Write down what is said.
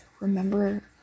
remember